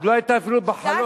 עוד לא היתה אפילו בחלום.